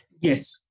Yes